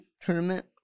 tournament